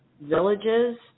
villages